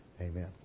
Amen